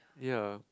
ya